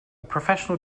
professional